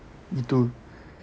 gitu